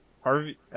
Harvey